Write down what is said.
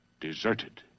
Deserted